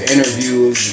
Interviews